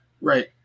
Right